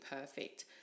perfect